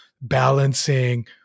balancing